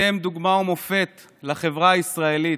אתם דוגמה ומופת לחברה הישראלית.